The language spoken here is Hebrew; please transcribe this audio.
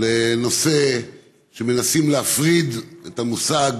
לכך שמנסים להפריד את המושג